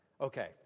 Okay